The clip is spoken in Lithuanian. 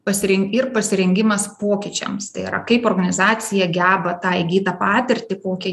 pasirink ir pasirengimas pokyčiams tai yra kaip organizacija geba tą įgytą patirtį kokią